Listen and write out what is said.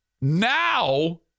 Now